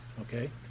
okay